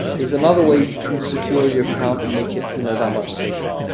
is another way you can secure your account, and make it, you know, that much safer.